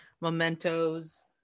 mementos